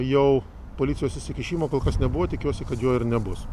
jau policijos įsikišimo kol kas nebuvo tikiuosi kad jų ir nebus